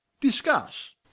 Discuss